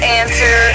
answer